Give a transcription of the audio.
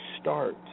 start